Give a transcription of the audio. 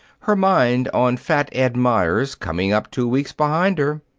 her mind on fat ed meyers coming up two weeks behind her.